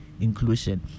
inclusion